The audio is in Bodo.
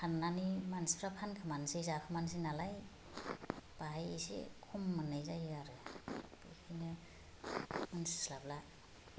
हाननानै मानसिफ्रा फानखोमानोसै जाखुमानोसै नालाय बेवहाय एसे खम मोननाय जायो आरो बेखायनो मोन्थिस्लाबला